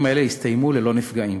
האירועים האלה הסתיימו ללא נפגעים.